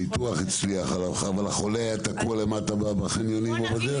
הניתוח הצליח אבל החולה היה תקוע למטה בחניונים או בדרך.